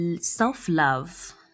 self-love